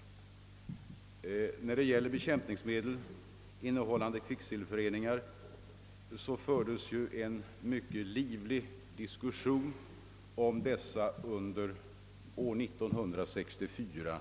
Under åren 1964 och 1965 fördes en mycket livlig diskussion om bekämpningsmedel innehållande kvicksilverföreningar,